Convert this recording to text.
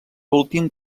últim